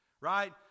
right